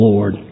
Lord